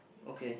okay